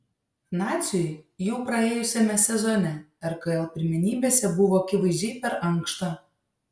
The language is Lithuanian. naciui jau praėjusiame sezone rkl pirmenybėse buvo akivaizdžiai per ankšta